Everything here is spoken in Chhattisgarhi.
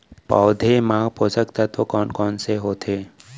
पौधे मा पोसक तत्व कोन कोन से होथे?